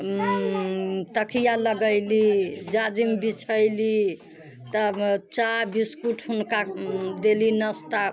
तकिआ लगेली जाजिम बिछैली तब चाह बिस्कुट हुनका देली नस्ता